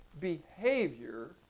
behavior